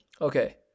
okay